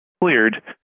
cleared